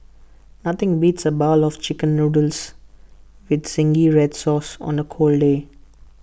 nothing beats A bowl of Chicken Noodles with Zingy Red Sauce on A cold day